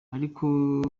ariko